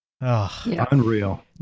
Unreal